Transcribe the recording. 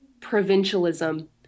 provincialism